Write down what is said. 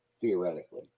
theoretically